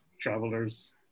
travelers